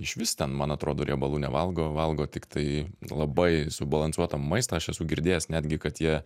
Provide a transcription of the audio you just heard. išvis ten man atrodo riebalų nevalgo valgo tiktai labai subalansuotą maistą aš esu girdėjęs netgi kad jie